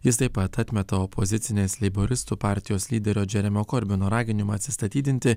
jis taip pat atmeta opozicinės leiboristų partijos lyderio džeremio korbino raginimą atsistatydinti